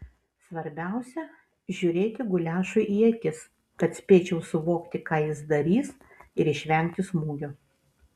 svarbiausia žiūrėti guliašui į akis kad spėčiau suvokti ką jis darys ir išvengti smūgio